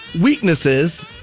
weaknesses